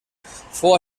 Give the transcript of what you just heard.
fou